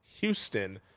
Houston